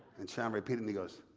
and sean repeat and he goes,